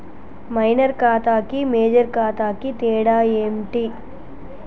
Minor ఖాతా కి major ఖాతా కి తేడా ఏంటి?